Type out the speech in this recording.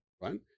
right